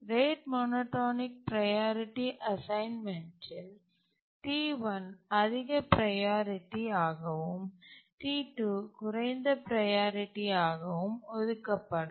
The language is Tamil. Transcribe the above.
ரேட் மோனோடோனிக் ப்ரையாரிட்டி அசைன்மென்ட்ஸ்டில் T1 அதிக ப்ரையாரிட்டி ஆகவும் T2 குறைந்த ப்ரையாரிட்டி ஆகவும் ஒதுக்கப்படும்